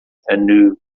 anew